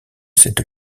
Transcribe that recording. cette